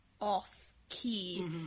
off-key